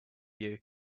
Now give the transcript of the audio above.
you